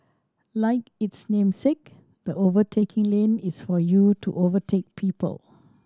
like its namesake the overtaking lane is for you to overtake people